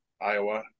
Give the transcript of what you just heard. Iowa